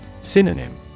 Synonym